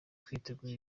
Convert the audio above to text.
twitegura